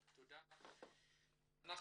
אני